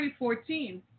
2014